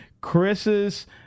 Chris's